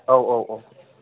औ औ औ